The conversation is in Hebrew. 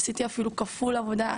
עשיתי אפילו כפול עבודה,